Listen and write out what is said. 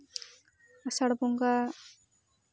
ᱟᱥᱟᱲ ᱵᱚᱸᱜᱟ